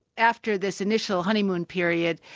after this initial honeymoon period,